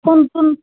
phone চোন